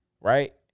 right